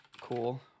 cool